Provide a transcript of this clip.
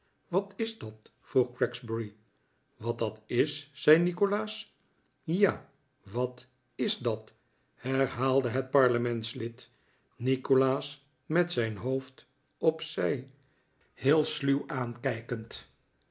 wat is dat vroeg gregsbury wat dat is zei nikolaas ja wat is dat herhaalde het parlementslid nikolaas met zijn hoofd op zij heel sluw aankijkend